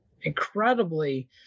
incredibly